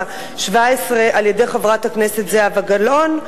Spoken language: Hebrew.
השבע-עשרה על-ידי חברת הכנסת זהבה גלאון,